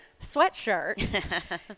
sweatshirt